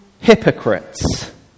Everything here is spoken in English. hypocrites